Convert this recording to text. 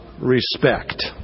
respect